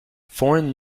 foreign